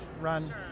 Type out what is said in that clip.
run